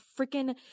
freaking